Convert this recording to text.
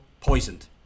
poisoned